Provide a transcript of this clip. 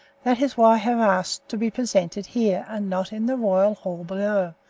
that is why i have asked to be presented here and not in the royal hall below,